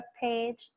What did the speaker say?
page